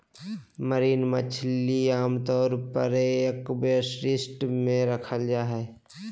marine मछली आमतौर पर एक्वेरियम मे रखल जा हई